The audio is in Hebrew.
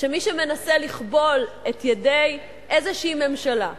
שמי שמנסה לכבול את ידי איזו ממשלה ולומר: